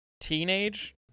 teenage